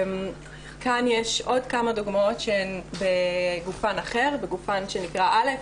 כאן יש עוד כמה דוגמאות שהן בגופן אחר שנקרא: אלף.